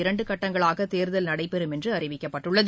இரண்டுகட்டங்களாகதேர்தல் நடைபெறும் என்றுஅறிவிக்கப்பட்டுள்ளது